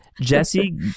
Jesse